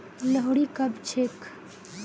लोहड़ी कब छेक